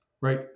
right